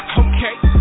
okay